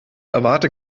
erwarte